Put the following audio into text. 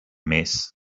més